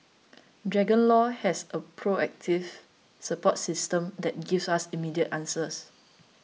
Dragon Law has a proactive support system that gives us immediate answers